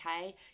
Okay